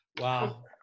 Wow